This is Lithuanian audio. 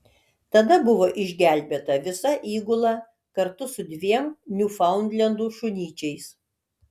tada buvo išgelbėta visa įgula kartu su dviem niufaundlendų šunyčiais